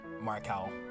markel